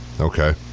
Okay